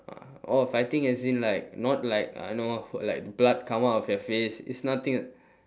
uh oh fighting as in like not like you know like blood come out of your face it's nothing